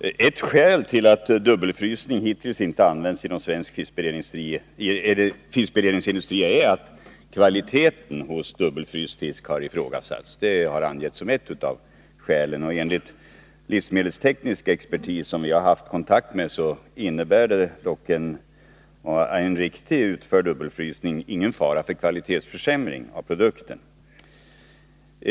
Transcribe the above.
Ett skäl till att dubbelfrysning hittills inte använts inom svensk fiskberedningsindustri är att kvaliteten hos dubbelfryst fisk har ifrågasatts. Det har alltså angetts som ett av skälen. Enligt den livsmedelstekniska expertis som vi har haft kontakt med innebär dock en riktigt utförd dubbelfrysning ingen risk för kvalitetsförsämring av produkten.